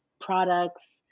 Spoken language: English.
products